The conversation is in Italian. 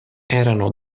erano